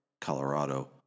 Colorado